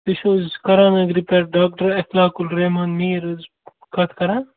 تُہۍ چھُو حظ کَرانگرٕ پٮ۪ٹھ ڈاکٹر اخلاق الرحمان میٖر حظ کَتھ کران